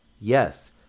Yes